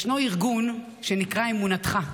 יש ארגון שנקרא "אמונתך",